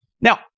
Now